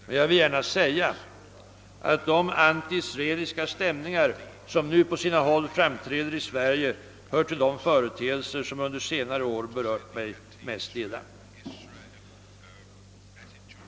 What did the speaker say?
Men jag vill gärna säga att de antiisraeliska stämningar som nu på sina håll framträder i Sverige hör till de företeelser som under senare år berört mig mest illa.